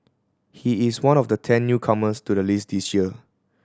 he is one of the ten newcomers to the list this year